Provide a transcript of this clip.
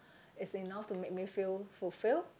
it's enough to make me feel fulfilled